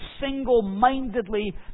single-mindedly